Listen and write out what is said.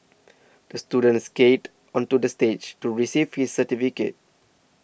the student skated onto the stage to receive his certificate